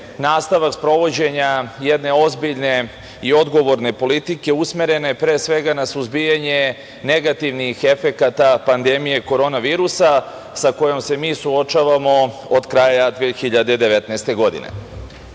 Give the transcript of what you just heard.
nastavak sprovođenja jedne ozbiljne i odgovorne politike usmerene pre svega na suzbijanje negativnih efekata pandemije korona virusa sa kojom se mi suočavamo od kraja 2019. godine. Ovaj